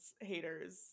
haters